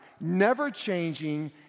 never-changing